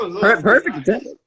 Perfect